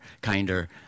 kinder